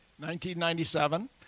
1997